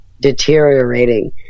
deteriorating